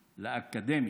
לאקדמיה.